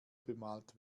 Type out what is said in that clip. bemalt